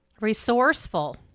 Resourceful